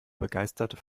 begeistert